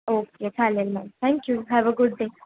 okay चालेल ma'am thank you have a good day